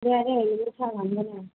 अरे अहिड़ो छा वांदो न आहे